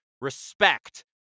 respect